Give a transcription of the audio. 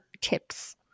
tips